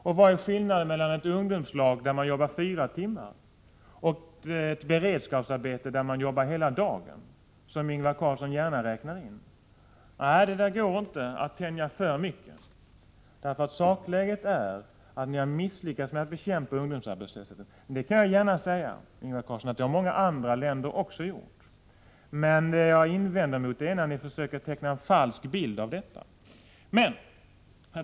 Och vad är skillnaden mellan ett ungdomslag där man jobbar fyra timmar om dagen och ett beredskapsarbete som innebär att man jobbar hela dagen — det är ju vad Ingvar Carlsson gärna tar fasta på i detta sammanhang? Nej, det går inte att tänja på begreppen för mycket. Sakläget är nämligen det att ni har misslyckats med att bekämpa ungdomsarbetslösheten. Men — det kan jag gärna säga — det har man gjort i många andra länder också. Vad jag invänder mot är att ni försöker teckna en falsk bild av situationen. Herr talman!